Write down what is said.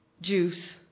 juice